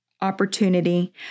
opportunity